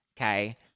Okay